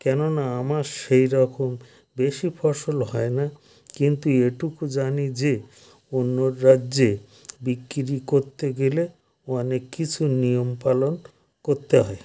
কেননা আমার সেইরকম বেশি ফসল হয় না কিন্তু এটুকু জানি যে অন্য রাজ্যে বিক্কিরি কোত্তে গেলে অনেক কিছু নিয়ম পালন করতে হয়